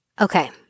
Okay